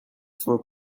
for